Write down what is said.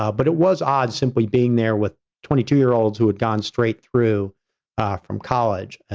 ah but it was odd simply being there with twenty two year olds who had gone straight through from college.